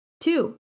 Two